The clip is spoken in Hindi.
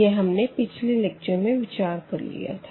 यह हमने पिछले लेक्चर में विचार कर लिया था